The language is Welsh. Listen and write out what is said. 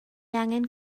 angen